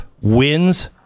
wins